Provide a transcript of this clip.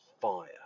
fire